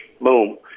boom